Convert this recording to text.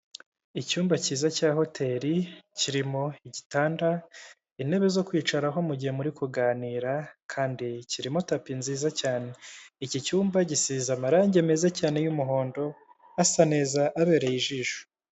Icyumba cyiza cya hoteri, kirimo igitanda, intebe zo kwicaraho mu gihe muri kuganira kandi kirimo tapi nziza cyane, iki cyumba gisize amarangi meza cyane y'umuhondo, asa neza abereye ijisho.